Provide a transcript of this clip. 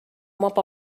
mop